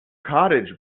cottage